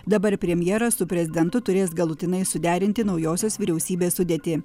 dabar premjeras su prezidentu turės galutinai suderinti naujosios vyriausybės sudėtį